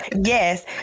Yes